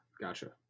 Gotcha